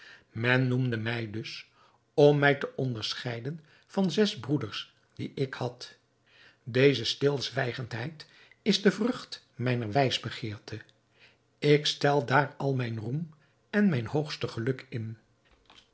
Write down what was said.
men noemde mij dus om mij te onderscheiden van zes broeders die ik had deze stilzwijgendheid is de vrucht mijner wijsbegeerte ik stel daar al mijn roem en mijn hoogste geluk in